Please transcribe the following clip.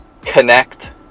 connect